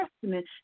Testament